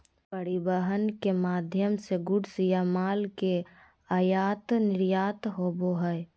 परिवहन के माध्यम से गुड्स या माल के आयात निर्यात होबो हय